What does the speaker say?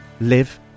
live